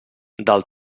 del